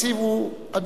התקציב הוא עדיפויות.